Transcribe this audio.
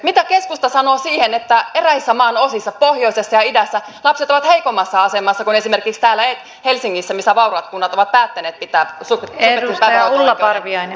mitä keskusta sanoo siihen että eräissä maan osissa pohjoisessa ja idässä lapset ovat heikommassa asemassa kuin esimerkiksi täällä helsingissä missä vauraat kunnat ovat päättäneet pitää subjektiivisen päivähoito oikeuden